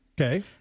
Okay